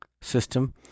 system